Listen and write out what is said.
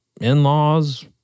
in-laws